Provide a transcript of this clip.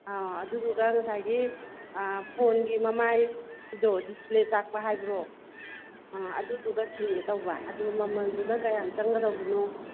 ꯑꯥꯎ ꯑꯗꯨꯗꯨꯒ ꯉꯁꯥꯏꯒꯤ ꯐꯣꯟꯒꯤ ꯃꯃꯥꯏꯗꯣ ꯗꯤꯁꯄ꯭ꯂꯦ ꯆꯥꯛꯄ ꯍꯥꯏꯕ꯭ꯔꯣ ꯑꯥ ꯑꯗꯨꯗꯨꯒ ꯁꯤꯟꯒꯦ ꯇꯧꯕ ꯑꯗꯨ ꯃꯃꯜꯗꯨꯅ ꯀꯌꯝ ꯆꯪꯒꯗꯕꯅꯣ